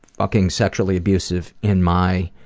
fucking sexually abusive in my